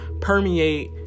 permeate